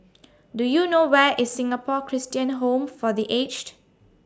Do YOU know Where IS Singapore Christian Home For The Aged